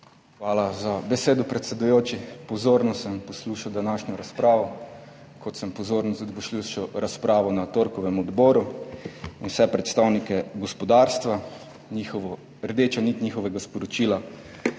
Hvala za besedo, predsedujoči. Pozorno sem poslušal današnjo razpravo, kot sem pozorno poslušal tudi razpravo na torkovem odboru in vse predstavnike gospodarstva. Rdeča nit njihovega sporočila